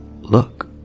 look